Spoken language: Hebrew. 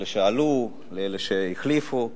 אלה שעלו, אלה שהחליפו,